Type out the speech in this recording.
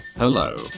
Hello